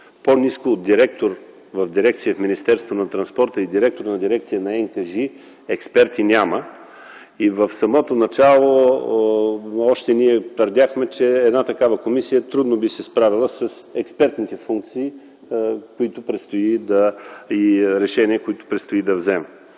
по-ниско от директор в дирекция в Министерството на транспорта и директор на дирекция на НКЖИ, експерти няма, и още в самото начало ние твърдяхме, че една такава комисия трудно би се справила с експертните функции и решения, които предстои да вземе.